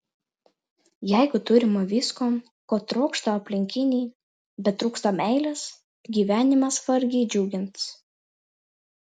jeigu turima visko ko trokšta aplinkiniai bet trūksta meilės gyvenimas vargiai džiugins